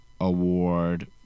award